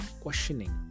questioning